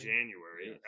January